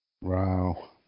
Wow